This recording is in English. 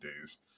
days